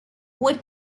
were